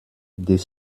des